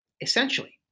essentially